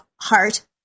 Heart